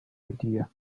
idea